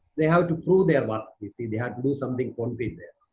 they have to prove their worth, you see. they have to do something concrete there.